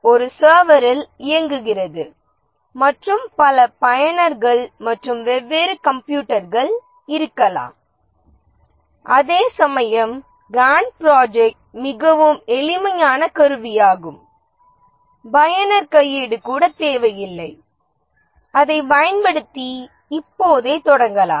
ஒரு சர்வரில் இயங்குகிறது மற்றும் பல பயனர்கள் மற்றும் வெவ்வேறு கம்ப்யூட்டர்கள் இருக்கலாம் அதேசமயம் காண்ட் ப்ராஜெக்ட் மிகவும் எளிமையான கருவியாகும் பயனர் கையேடு கூட தேவையில்லை அதைப் பயன்படுத்தி இப்போதே தொடங்கலாம்